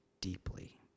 deeply